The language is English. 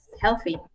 healthy